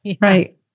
Right